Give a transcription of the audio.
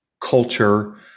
culture